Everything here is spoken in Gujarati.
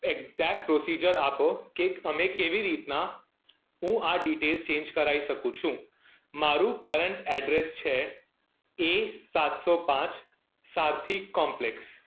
એકજેક્ટ પ્રોસીજર આપો કે અમે કેવી રીતના હું આ ડિટેલ ચેન્જ કરાવી શકું છું મારું કરંટ એડ્રેસ છે એ સાતસો પાંચ સારથી કોમ્પ્લેકસ